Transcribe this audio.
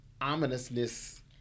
ominousness